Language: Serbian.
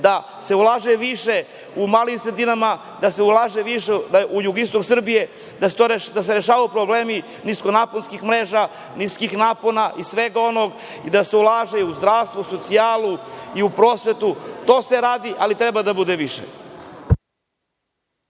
da se ulaže više u malim sredinama, da se ulaže više u jugoistok Srbije, da se rešavaju problemi niskonaponskih mreža i svega onog, da se ulaže u zdravstvo, u socijalu i u prosvetu. To se radi, ali treba da bude